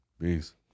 Peace